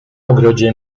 ogrodzie